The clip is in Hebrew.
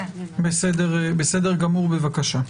בבקשה.